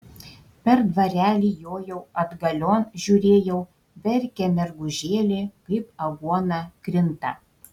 per dvarelį jojau atgalion žiūrėjau verkia mergužėlė kaip aguona krinta